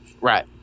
right